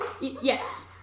Yes